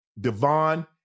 Devon